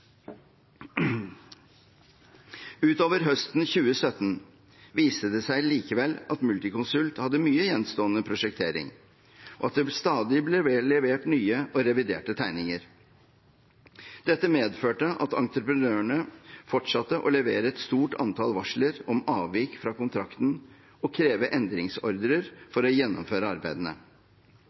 Utover høsten 2017 viste det seg likevel at Multiconsult hadde mye gjenstående prosjektering, og det ble stadig levert nye og reviderte tegninger. Dette medførte at entreprenørene fortsatte å levere et stort antall varsler om avvik fra kontrakten og kreve endringsordrer for å gjennomføre arbeidene.